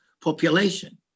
population